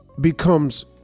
becomes